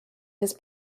his